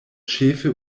ĉefe